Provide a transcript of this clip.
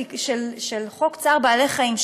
חוק צער בעלי-חיים,